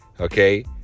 okay